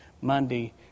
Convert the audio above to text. Monday